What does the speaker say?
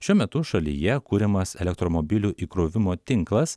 šiuo metu šalyje kuriamas elektromobilių įkrovimo tinklas